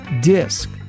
disc